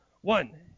One